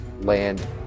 land